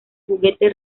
juguete